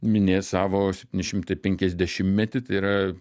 minės savo septyni šimtai penkiasdešimtmetį tai yra